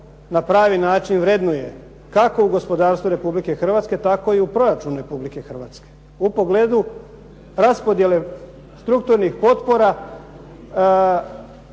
na pravi način vrednuje kako u gospodarstvu Republike Hrvatske tako i u proračunu Republike Hrvatske, u pogledu raspodjele strukturnih potpora,